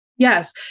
Yes